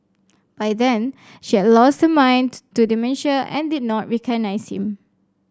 by then she had lost her mind to to dementia and did not recognise him